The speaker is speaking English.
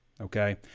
okay